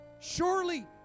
Surely